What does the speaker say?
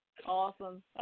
awesome